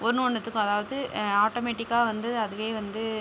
ஒன்று ஒன்றுத்துக்கும் அதாவது ஆட்டோமேட்டிக்காக வந்து அதுவே வந்து